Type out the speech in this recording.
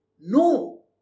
No